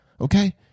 Okay